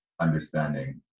understanding